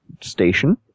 station